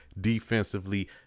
defensively